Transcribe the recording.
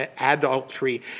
adultery